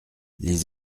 les